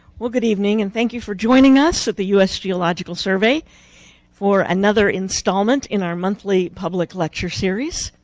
well, good evening, and thank you for joining us at the u s. geological survey for another installment in our monthly public lecture series.